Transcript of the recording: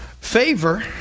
favor